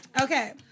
Okay